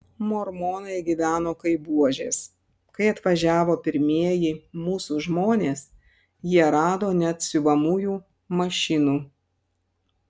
mormonai gyveno kaip buožės kai atvažiavo pirmieji mūsų žmonės jie rado net siuvamųjų mašinų